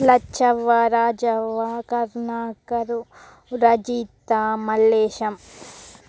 Lachavva Rajavva Karunakar Rajitha Mallesham